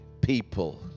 people